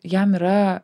jam yra